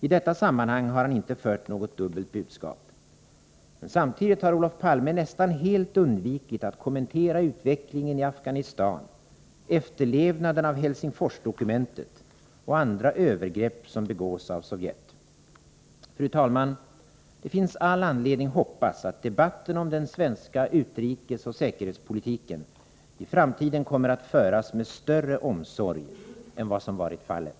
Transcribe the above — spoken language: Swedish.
I detta sammanhang har han inte fört något dubbelt budskap. Men samtidigt har Olof Palme nästan helt undvikit att kommentera utvecklingen i Afghanistan, att Helsingfors-dokumentet inte efterlevs och andra övergrepp, som begås av Sovjet. Fru talman! Det finns all anledning att hoppas, att debatten om den svenska utrikesoch säkerhetspolitiken i framtiden kommer att föras med större omsorg än vad som har varit fallet.